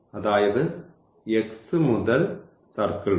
അതായത് x മുതൽ circle വരെ